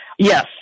Yes